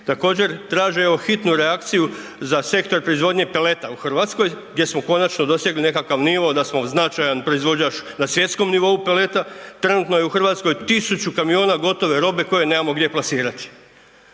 Također traže evo hitnu reakciju za sektor proizvodnje peleta u Hrvatskoj gdje smo konačno dosegli nekakav nivo da smo značajan proizvođač na svjetskom nivou peleta. Trenutno je u Hrvatskoj 1.000 kamiona gotove robe koju nemamo gdje plasirati.